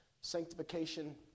Sanctification